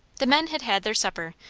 the men had had their supper,